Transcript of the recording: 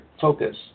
focus